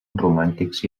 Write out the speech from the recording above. romàntics